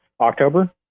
October